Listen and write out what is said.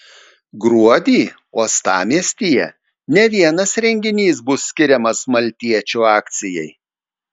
gruodį uostamiestyje ne vienas renginys bus skiriamas maltiečių akcijai